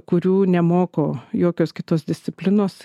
kurių nemoko jokios kitos disciplinos